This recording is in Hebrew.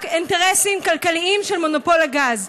רק אינטרסים כלכליים של מונופול הגז,